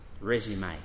resume